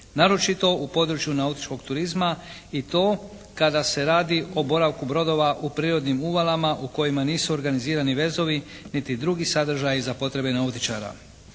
Naročito u području nautičkog turizma i to kada se radi o boravku brodova u prirodnim uvalama u kojima nisu organizirani vezovi niti drugi sadržaji za potrebe nautičara.